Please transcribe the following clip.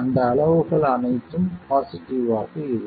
அந்த அளவுகள் அனைத்தும் பாசிட்டிவ் ஆக இருக்கும்